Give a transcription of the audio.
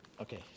okay